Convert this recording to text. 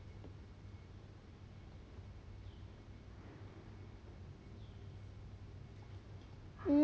mm